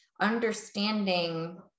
understanding